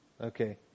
Okay